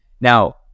Now